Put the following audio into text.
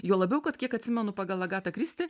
juo labiau kad kiek atsimenu pagal agatą kristi